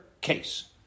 case